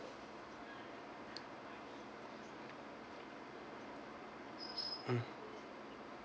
hmm